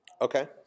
Okay